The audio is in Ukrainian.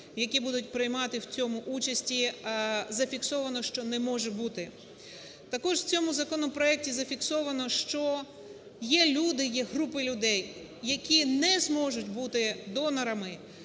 які будуть приймати в цьому участі, зафіксовано, що не може бути. Також в цьому законопроекті зафіксовано, що є люди, є групи людей, які не зможуть бути донорами.